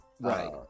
Right